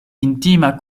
intima